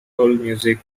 allmusic